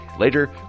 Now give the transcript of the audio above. Later